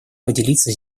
поделиться